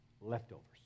leftovers